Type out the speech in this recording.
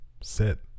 sit